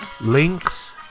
Links